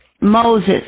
Moses